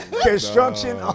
construction